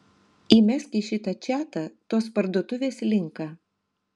įmesk į šitą čatą tos parduotuvės linką